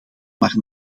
maar